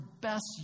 best